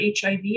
HIV